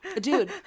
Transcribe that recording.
Dude